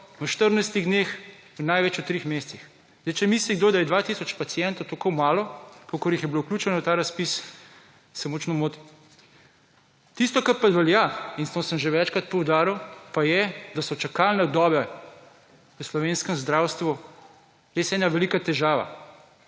dneh in največ v treh mesecih. Zdaj, če misli kdo, da je 2 tisoč pacientov tako malo kolikor jih je bilo vključeno v ta razpis, se močno moti. tisto kar pa velja in to sem že večkrat poudaril pa je, da so čakalne dobe v slovenskem zdravstvu res ena velika težava,